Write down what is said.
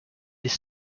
this